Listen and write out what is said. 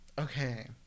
Okay